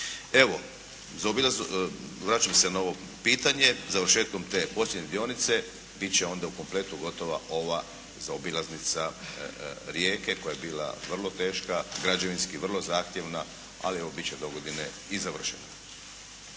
Evo, vraćam se na ovo pitanje. Završetkom te posljednje dionice bit će onda u kompletu gotova ova zaobilaznica Rijeke koja je bila vrlo teška, građevinski vrlo zahtjevna, ali evo bit će dogodine i završena.